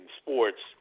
sports